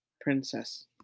princess